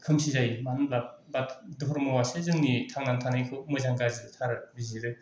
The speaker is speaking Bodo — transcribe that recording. खोमसि जायो मानो होनब्ला बाद धरमयासो जोंनि थांनानै थानायखौ मोजां गारजि फाराग बिजिरो